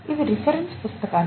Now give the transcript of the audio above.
ఇవి రిఫరెన్స్ పుస్తకాలు